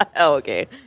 okay